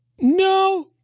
No